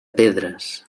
pedres